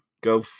go